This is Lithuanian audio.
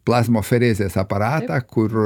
plazmoferezės aparatą kur